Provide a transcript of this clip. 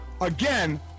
again